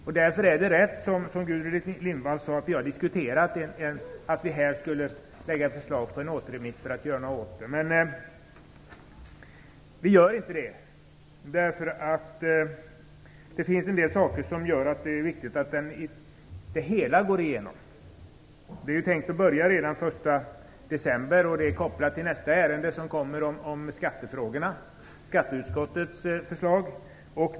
Det är rätt att vi därför, som Gudrun Lindvall sade, har diskuterat att lägga fram ett förslag om återremiss för att göra något åt det. Men vi gör inte det. Det finns en del saker som gör att det är viktigt att hela förslaget går igenom. Det är tänkt att skatteklassningen skall råda redan från den 1 december, och det är kopplat till skatteutskottets förslag i nästa ärende om skattefrågorna.